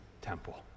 temple